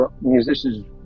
musicians